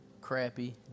crappy